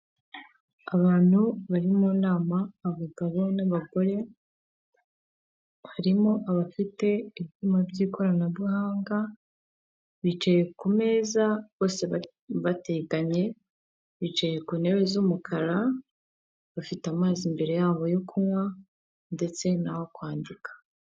Abantu bari mu nama abagabo n'abagore harimo abafite ibyuma by'ikoranabuhanga bicaye ku meza bose bateganye bicaye ku ntebe z'umukara bafite amazi imbere yabo yo kunywa ndetse n'aho kwandika.